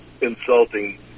insulting